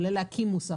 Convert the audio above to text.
שעולה להקים מוסך.